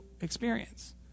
experience